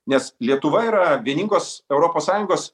nes lietuva yra vieningos europos sąjungos